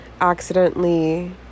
accidentally